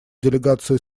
делегацию